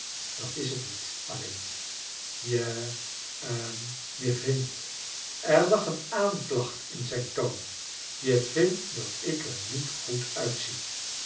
dat is het niet alleen je hm je vindt er lag een aanklacht in zijn toon je vindt dat ik er niet goed uitzie